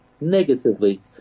negatively